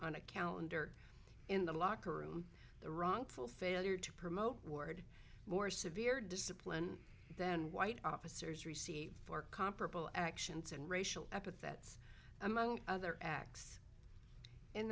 on a calendar in the locker room the wrongful failure to promote ward more severe discipline than white officers received for comparable actions and racial epithets among other acts in